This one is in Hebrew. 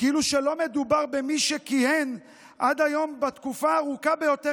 כאילו שלא מדובר במי שכיהן עד היום בתקופה הארוכה ביותר